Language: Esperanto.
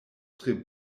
tre